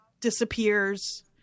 disappears